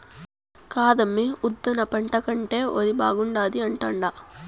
కాదమ్మీ ఉద్దాన పంట కంటే ఒరే బాగుండాది అంటాండా